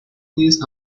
نیز